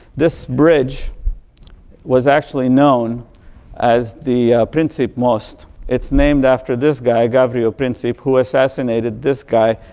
this bridge was actually known as the princip must, it's named after this guy gavirlo princip who assassinated this guy,